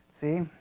See